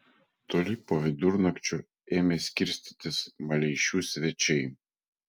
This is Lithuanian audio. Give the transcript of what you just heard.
toli po vidurnakčio ėmė skirstytis maleišių svečiai